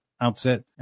outset